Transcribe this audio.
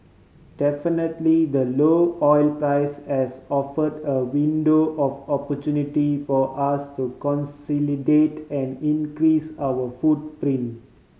definitely the low oil price has offered a window of opportunity for us to consolidate and increase our footprint